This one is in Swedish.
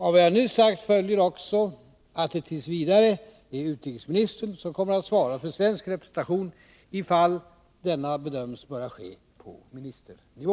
Av vad jag nyss sagt följer också att det t. v. är utrikesministern som kommer att svara för svensk representation i de fall denna bedöms böra ske på ministernivå.